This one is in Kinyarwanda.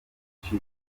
benshi